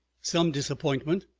some disappointment,